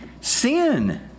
Sin